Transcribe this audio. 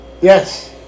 Yes